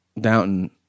Downton